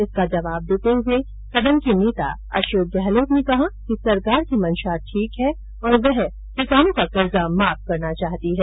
इसका जवाब देते हुए सदन के नेता अशोक गहलोत ने कहा कि सरकार की मंशा ठीक है और वह किसानों का कर्जा माफ करना चाहती है